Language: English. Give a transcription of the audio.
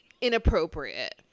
inappropriate